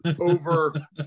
over